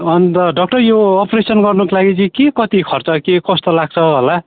अन्त डाक्टर यो अप्रेसन गर्नुको लागि चाहिँ के कति खर्च के कस्तो लाग्छ होला